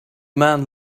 man